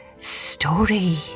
Story